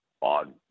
on